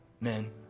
men